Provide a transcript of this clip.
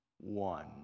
one